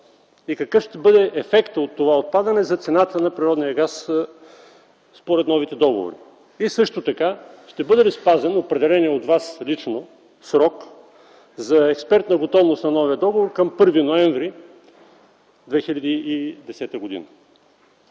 И какъв ще бъде ефектът от това отпадане за цената на природния газ според новите договори? Ще бъде ли спазен определения от Вас лично срок за експертна готовност на новия договор към 1 ноември 2010 г.?